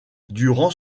durant